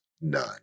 none